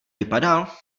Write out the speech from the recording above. vypadal